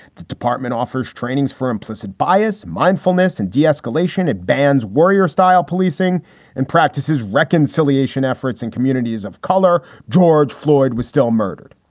the department offers trainings for implicit bias, mindfulness and de-escalation at bandz warrior style policing and practices reconciliation efforts in communities of color. george floyd was still murdered.